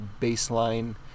baseline